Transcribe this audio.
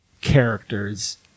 characters